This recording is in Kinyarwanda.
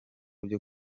byo